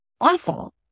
awful